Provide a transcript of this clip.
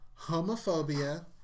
homophobia